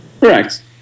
correct